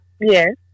Yes